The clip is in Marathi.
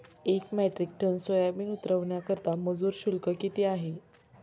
एक मेट्रिक टन सोयाबीन उतरवण्याकरता मजूर शुल्क किती आहे?